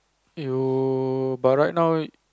you but right now